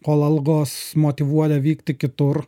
kol algos motyvuoja vykti kitur